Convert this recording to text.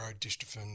dystrophin